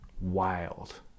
wild